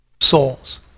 Souls